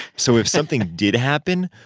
so if something did happen,